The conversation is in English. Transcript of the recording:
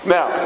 Now